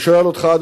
אני שואל אותך,